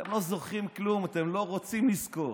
אתם לא זוכרים כלום, אתם לא רוצים לזכור.